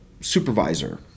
supervisor